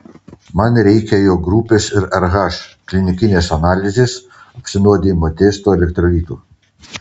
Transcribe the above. man reikia jo grupės ir rh klinikinės analizės apsinuodijimo testo elektrolitų